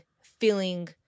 feeling